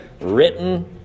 written